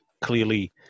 Clearly